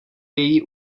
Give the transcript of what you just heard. její